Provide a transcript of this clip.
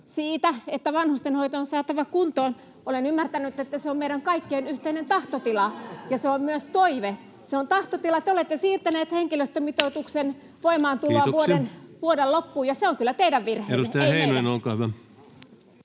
siitä, että vanhustenhoito on saatava kuntoon: Olen ymmärtänyt, että se on meidän kaikkien yhteinen tahtotila, [Pia Viitanen: Missä ne on täällä?] ja se on myös toive. Se on tahtotila. Te olette siirtäneet henkilöstömitoituksen voimaantuloa vuoden loppuun, ja se on kyllä teidän virheenne,